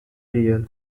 real